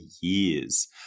years